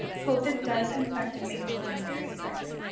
covid does infect and make children very sick.